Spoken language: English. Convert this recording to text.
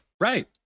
Right